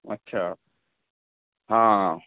اچھا ہاں